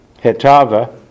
Hetava